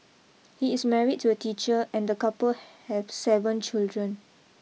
he is married to a teacher and the couple have seven children